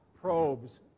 probes